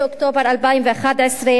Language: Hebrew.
עכשיו,